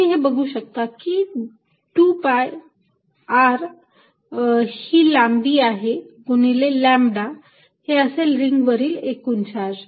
तुम्ही हे बघू शकता की 2 पाय R ही लांबी आहे गुणिले लॅम्बडा हे असेल रिंग वरील एकूण चार्ज